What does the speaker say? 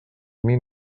aquest